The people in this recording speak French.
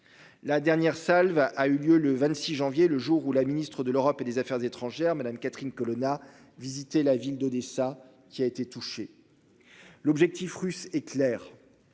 La dernière salve a eu lieu le 26 janvier, le jour où la Ministre de l'Europe et des Affaires étrangères Madame Catherine Colonna visiter la ville d'Odessa, qui a été touché. L'objectif russe éclair.